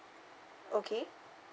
okay